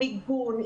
עם מיגון,